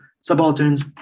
subalterns